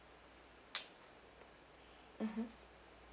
mmhmm